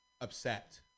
upset